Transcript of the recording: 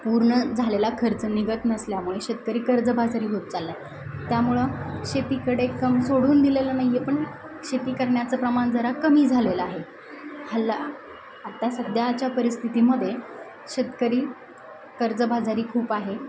पूर्ण झालेला खर्च निघत नसल्यामुळे शेतकरी कर्जबाजारी होत चालला आहे त्यामुळं शेतीकडे कम सोडून दिलेलं नाही आहे पण शेती करण्याचं प्रमाण जरा कमी झालेलं आहे हल्ला आत्ता सध्याच्या परिस्थितीमध्ये शेतकरी कर्जबाजारी खूप आहे